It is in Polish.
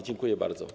Dziękuję bardzo.